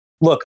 look